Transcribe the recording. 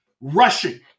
Rushing